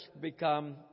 become